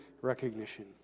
recognition